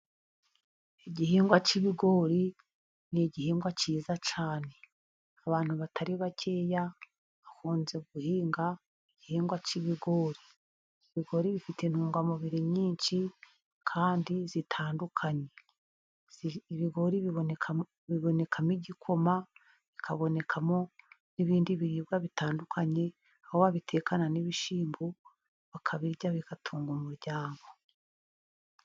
Igihingwa cy'ibigori ni igihingwa cyiza cyane abantu batari bakeya bakunze guhinga igihingwa cy'ibigori. Ibigori bifite intungamubiri nyinshi kandi zitandukanye, ibigori bibonekamo igikoma bikabonekamo n'ibindi biribwa bitandukanye. Aho babitekana n'ibishyimbo bakabirya bigatunga umuryango.